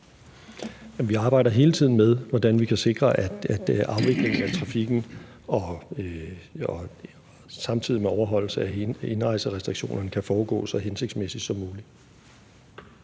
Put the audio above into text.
Vi arbejder hele tiden med, hvordan vi kan sikre, at afviklingen af trafikken samtidig med overholdelse af indrejserestriktionerne kan foregå så hensigtsmæssigt som muligt.